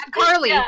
Carly